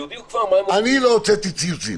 שיודיעו כבר מה הם --- אני לא הוצאתי ציוצים.